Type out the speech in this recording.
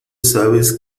sabes